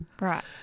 Right